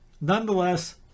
Nonetheless